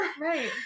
right